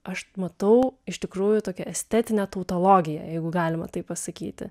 aš matau iš tikrųjų tokią estetinę tautologiją jeigu galima taip pasakyti